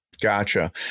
Gotcha